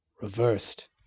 reversed